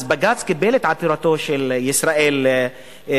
אז בג"ץ קיבל את עתירתו של ישראל אלדד